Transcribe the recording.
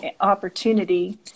opportunity